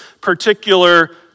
particular